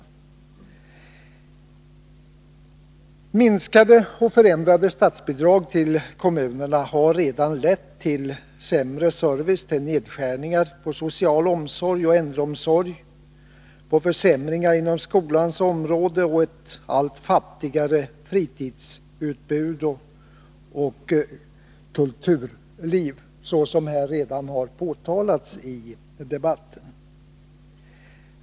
24 maj 1982 Minskade och förändrade statsbidrag till kommunerna har redan lett till sämre service, nedskärningar på social omsorg och äldreomsorg och försämringar inom skolans område och ett allt fattigare fritidsutbud och kulturliv — såsom här redan har påtalats i debatten.